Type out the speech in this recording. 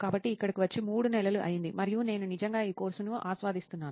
కాబట్టి ఇక్కడికి వచ్చి మూడు నెలలు అయ్యింది మరియు నేను నిజంగా ఈ కోర్సును ఆస్వాదిస్తున్నాను